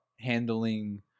handling